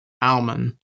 almond